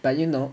but you know